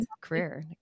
career